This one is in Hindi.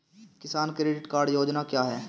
किसान क्रेडिट कार्ड योजना क्या है?